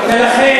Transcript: בשלום,